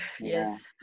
Yes